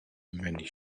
many